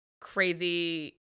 crazy